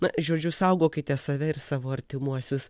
na žodžiu saugokite save ir savo artimuosius